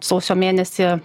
sausio mėnesį